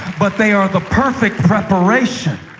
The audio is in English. but they are the perfect preparation.